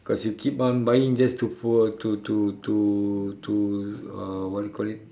cause you keep on buying just to fork to to to to uh what do you call it